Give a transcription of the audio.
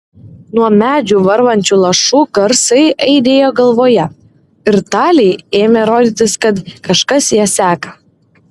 nuo medžių varvančių lašų garsai aidėjo galvoje ir talei ėmė rodytis kad kažkas ją seka